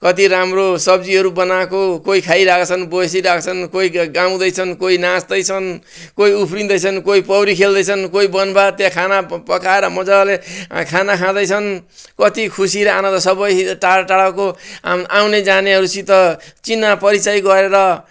कति राम्रो सब्जीहरू बनाएको कोही खाइरहेको छन् बसिरहेको छन् कोही गाउँदैछन् कोही नाच्दैछन् कोही उफ्रिँदैछन् कोइ पौडी खेल्दैछन् कोइ बनभात त्यहाँ खाना पकाएर मज्जाले खाना खाँदैछन् कति खुसी र आनन्द सबै टाढो टाढोको आउने जानेहरूसित चिना परिचय गरेर